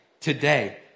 today